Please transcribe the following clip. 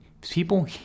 people